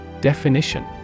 Definition